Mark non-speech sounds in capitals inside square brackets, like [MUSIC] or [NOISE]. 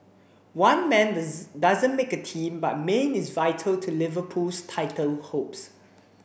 one man [UNINTELLIGIBLE] doesn't make a team but Mane is vital to Liverpool's title hopes